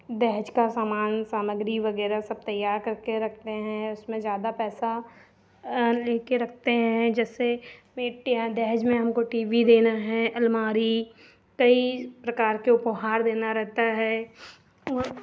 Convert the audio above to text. दहेज का सामान सामग्री वगैरह सब तैयार करके रखते हैं उसमे ज्यादा पैसा ले के रखते हैं जैसे दहेज में हमको टी वी देना है अलमारी कई प्रकार के उपहार देना रहता है और